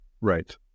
Right